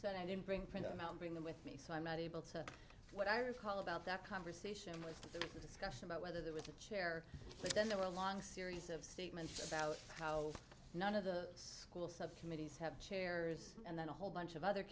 so i didn't bring print them out bring them with me so i'm not able to what i recall about that conversation was the discussion about whether there was a chair then there were a long series of statements about how none of the school subcommittees have chairs and then a whole bunch of other